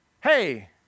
hey